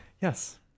Yes